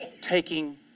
taking